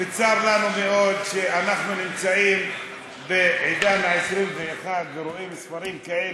צר לנו מאוד שאנחנו נמצאים בעידן המאה ה-21 ורואים ספרים כאלה,